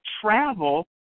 travel